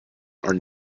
are